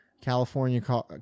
California